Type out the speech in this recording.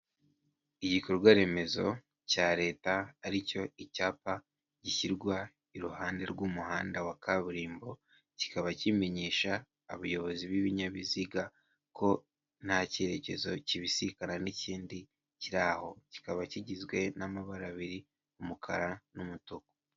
Igikorwa remezo cya Leta ari cyo icyapa gishyirwa iruhande rw'umuhanda wa kaburimbo, kikaba kimenyesha abayobozi b'ibinyabiziga ko nta cyerekezo kibisikana n'ikindi kiri aho, kikaba kigizwe n'amabara abiri, umukara n'umutuku.